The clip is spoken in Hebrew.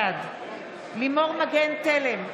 בעד לימור מגן תלם,